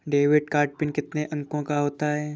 Debit card pin कितने अंकों का होता है?